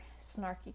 snarky